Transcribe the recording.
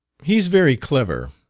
he's very clever,